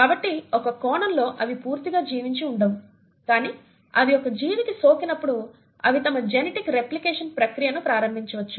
కాబట్టి ఒక కోణంలో అవి పూర్తిగా జీవించి ఉండవు కానీ అవి ఒక జీవికి సోకినప్పుడు అవి తమ జెనెటిక్ రేప్లికేషన్ ప్రక్రియను ప్రారంభించవచ్చు